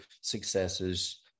successes